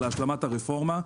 להשלמת הרפורמה.